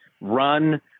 run